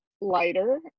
lighter